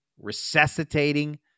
resuscitating